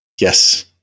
Yes